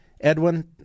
Edwin